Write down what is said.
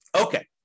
Okay